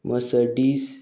Mercedes